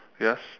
yes